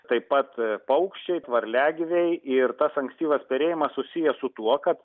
taip pat paukščiai varliagyviai ir tas ankstyvas perėjimas susijęs su tuo kad